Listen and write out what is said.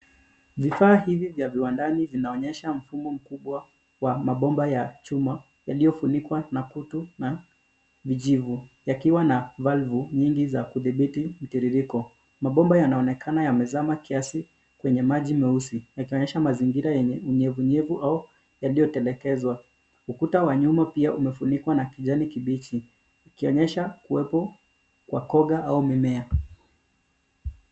Vifaa hivi vya viwandani zinaonyesha mfumo mkubwa wa mabomba ya chuma yaliyofunikwa na kutu na mijivu yakiwa na valvu nyingi za kudhibiti mtiririko. Mabomba yanaonekana yamezama kiasi kwenye maji meusi yakionyesha mazingira yenye unyevunyevu au yaliyotelekezwa. Ukuta wa nyuma pia umefunikwa na kijani kibichi ikionyesha uwepo kwa koga au mimea.